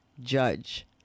judge